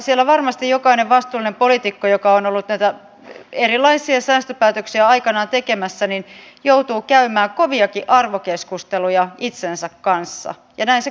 siellä varmasti jokainen vastuullinen poliitikko joka on ollut näitä erilaisia säästöpäätöksiä aikanaan tekemässä joutuu käymään koviakin arvokeskusteluja itsensä kanssa ja näin sen kuuluu ollakin